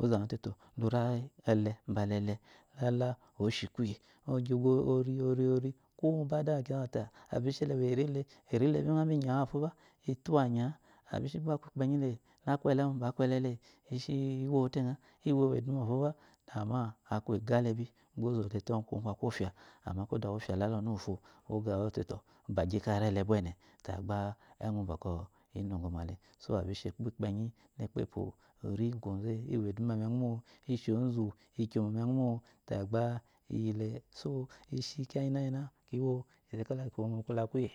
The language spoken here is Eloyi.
ozaøate tø buri ele mbala ele, lala ishi kuyi ogui bgori ori kwo mo gba adawukiyo azate abishi ele weri le biya mo inyawafoba ituwanyi a-a abshi gba aku ikpenyile aku ele mo gba aku ele le ishi iwote øa iwowu iduma foba ama aku ega lebi gba ozɔte leri lebi sɔkuwo aku ofya amo kwo da ofya lala ɔnu uwufo oga ozɔte tɔ gba gyi ri ele bye ne gba edu bɔkɔ ingɔ male abishiaku ikpenyikwo aku ikpepoori iyi kwoze iwo eduma medu mo ishi ozu iuyomo meøu mo layi gba iyile ishi kuya nginasina kiwo sheshi te kalaki iwo mbala kuya